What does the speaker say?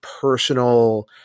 personal